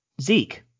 Zeke